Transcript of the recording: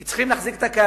כי צריכים להחזיק את הקיים.